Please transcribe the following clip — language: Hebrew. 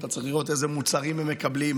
אתה צריך לראות איזה מוצרים הם מקבלים,